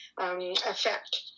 effect